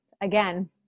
again